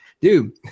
dude